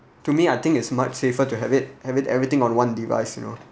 to me I think it's much safer to have it have it everything on one device you know